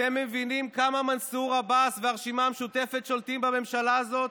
אתם מבינים כמה מנסור עבאס והרשימה המשותפת שולטים בממשלה הזאת?